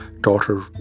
daughter